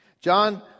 John